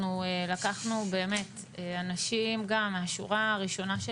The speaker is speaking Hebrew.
אנחנו לקחנו באמת אנשים גם מהשורה הראשונה של